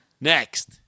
Next